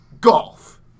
golf